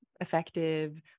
effective